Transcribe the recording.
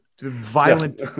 violent